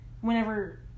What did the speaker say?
Whenever